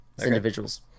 individuals